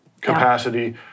capacity